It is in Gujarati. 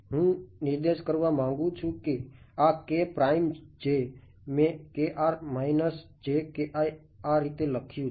હું નિર્દેશ કરવા માંગું છું કે આ k પ્રાઇમ જે મેં આ રીતે લખ્યું છે